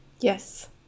Yes